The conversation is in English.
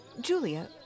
Julia